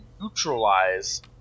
neutralize